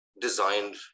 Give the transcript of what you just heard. designed